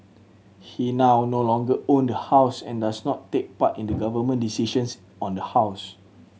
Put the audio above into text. he now no longer own the house and does not take part in the Government decisions on the house